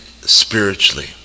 spiritually